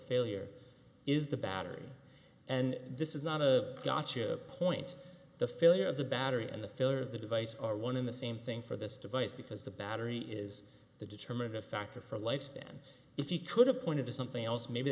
failure is the battery and this is not a gotcha point the failure of the battery and the failure of the device are one in the same thing for this device because the battery is the determining factor for lifespan if you could have pointed to something else maybe